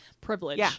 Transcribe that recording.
privilege